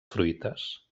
fruites